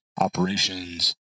operations